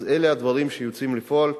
אז אלה הדברים שיוצאים לפועל.